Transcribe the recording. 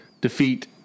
Defeat